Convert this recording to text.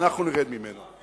אנחנו נרד ממנה.